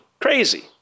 Crazy